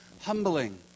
humbling